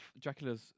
Dracula's